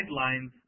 guidelines